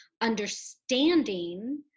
Understanding